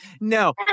No